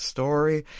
Story